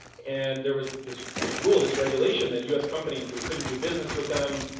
and there was this this rule, this regulation, that us companies, we couldn't do business with them,